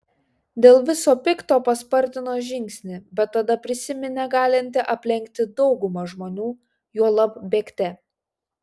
dėl viso pikto paspartino žingsnį bet tada prisiminė galinti aplenkti daugumą žmonių juolab bėgte